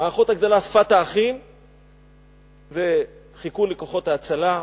האחות הגדולה אספה את האחים וחיכו לכוחות ההצלה.